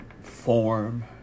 form